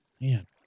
Man